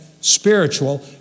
spiritual